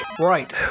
right